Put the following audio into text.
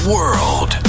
World